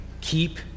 Keep